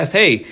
hey